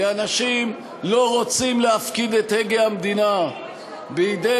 כי אנשים לא רוצים להפקיד את הגה המדינה בידי